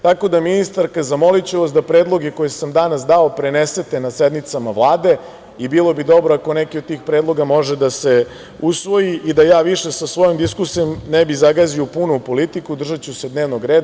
Tako da, ministarka, zamoliću vas da predloge koje sam danas dao prenesete na sednicama Vlade i bilo bi dobro ako neki od tih predloga može da se usvoji i da ja više sa svojom diskusijom ne bih zagazio puno u politiku, držaću se dnevnog reda.